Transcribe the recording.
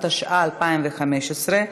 התשע"ה 2015,